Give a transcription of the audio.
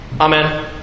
Amen